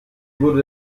wurde